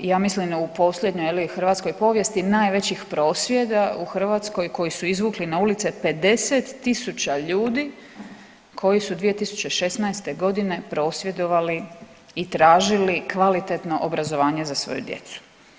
ja mislim u posljednjoj hrvatskoj povijesti najvećih prosvjeda u Hrvatskoj koji su izvukli na ulice 50 000 ljudi koji su 2016. godine prosvjedovali i tražili kvalitetno obrazovanje za svoju djecu.